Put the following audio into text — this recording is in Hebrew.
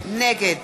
נגד